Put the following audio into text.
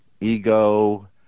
ego